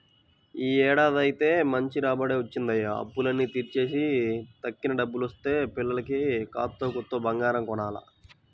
యీ ఏడాదైతే మంచి రాబడే వచ్చిందయ్య, అప్పులన్నీ తీర్చేసి తక్కిన డబ్బుల్తో పిల్లకి కాత్తో కూత్తో బంగారం కొనాల